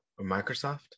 Microsoft